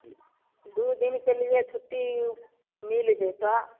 हूँ दू दिन के लिए छुट्टी मिल जैतो